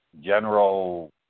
general